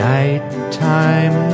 Nighttime